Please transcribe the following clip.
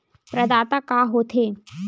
प्रदाता का हो थे?